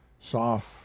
soft